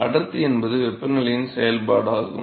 அடர்த்தி என்பது வெப்பநிலையின் செயல்பாடாகும்